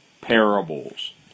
parables